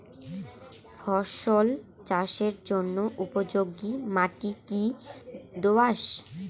ফসল চাষের জন্য উপযোগি মাটি কী দোআঁশ?